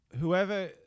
whoever